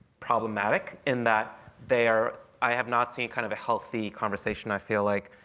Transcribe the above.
problematic in that they are i have not seen kind of a healthy conversation i feel like.